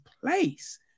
place